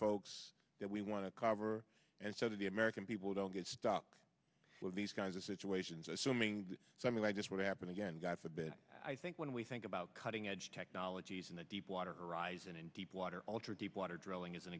that we want to cover and so the american people don't get stuck with these kinds of situations assuming something like this would happen again god forbid i think when we think about cutting edge technologies in the deepwater horizon in deep water ultra deep water drilling is an